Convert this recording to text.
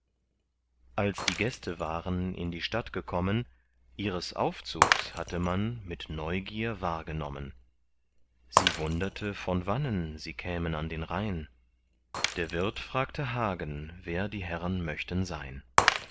als die gäste waren in die stadt gekommen ihres aufzugs hatte man mit neugier wahrgenommen sie wunderte von wannen sie kämen an den rhein der wirt fragte hagen wer die herren möchten sein